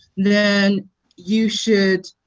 then you should